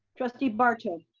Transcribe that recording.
trustee barto,